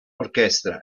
orchestra